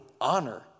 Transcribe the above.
honor